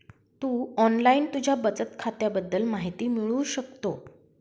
तू online तुझ्या बचत खात्याबद्दल माहिती मिळवू शकतो